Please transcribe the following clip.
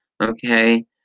Okay